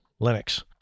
Linux